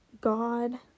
God